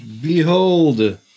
Behold